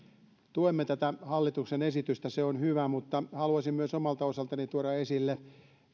tuemme tätä hallituksen esitystä se on hyvä mutta haluaisin myös omalta osaltani tuoda esille